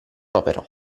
opera